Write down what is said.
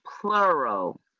plural